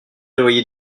loyers